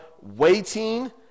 waiting